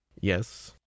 Yes